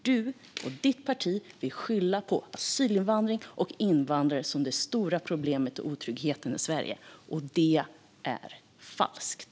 Du och ditt parti vill skylla på asylinvandring och invandrare som det stora problemet och anledningen till otryggheten i Sverige. Det är falskt!